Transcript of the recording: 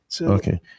Okay